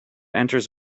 enters